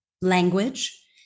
language